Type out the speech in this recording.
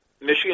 Michigan